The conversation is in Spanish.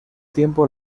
tiempo